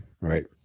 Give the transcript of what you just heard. right